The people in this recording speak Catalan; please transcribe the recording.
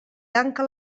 tanca